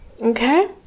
okay